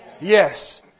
Yes